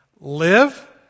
live